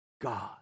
God